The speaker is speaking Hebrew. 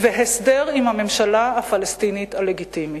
והסדר עם הממשלה הפלסטינית הלגיטימית.